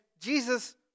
Jesus